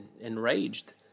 enraged